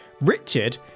Richard